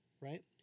right